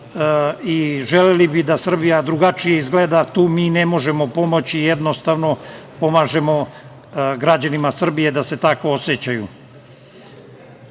i želeli bi da Srbija drugačije izgleda, tu mi ne možemo pomoći, jednostavno pomažemo građanima Srbije da se tako